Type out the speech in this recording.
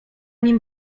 nim